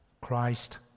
Christ